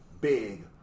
big